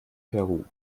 peru